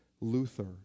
Luther